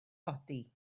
godi